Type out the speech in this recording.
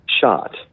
shot